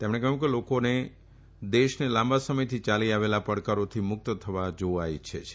તેમણે કહ્યું કે લોકો દેશને લાંબા સમયથી યાલી આવેલા પડકારોથી મુક્ત થતા જોવું ઇચ્છે છે